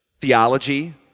theology